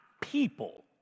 people